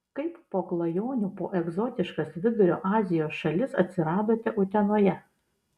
kaip po klajonių po egzotiškas vidurio azijos šalis atsiradote utenoje